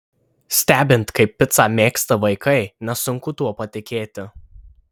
stebint kaip picą mėgsta vaikai nesunku tuo patikėti